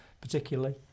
particularly